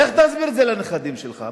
איך תסביר את זה לנכדים שלך?